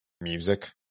music